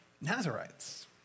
Nazarites